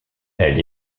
elle